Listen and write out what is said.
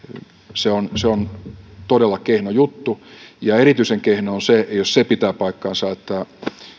se on se on todella kehno juttu erityisen kehnoa on se jos se pitää paikkansa